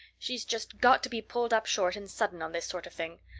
she's just got to be pulled up short and sudden on this sort of thing.